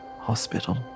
hospital